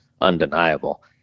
undeniable